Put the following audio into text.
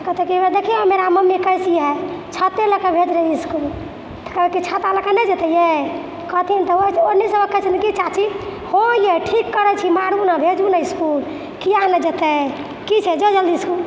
तऽ कहते देखियै मेरा मम्मी कैसी है छाते लेकऽ भेज रही है इसकुल कहे छियै छाता लकऽ नै जेतै ये कहथिन ओन्नेसँ ओ कहथिन कि चाची हँ ये ठीक करै छी मारु नहि भेजु ने इसकुल किए ने जेतै कि छै जाऊ जल्दी स्कूल